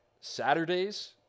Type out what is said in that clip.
Saturdays